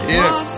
yes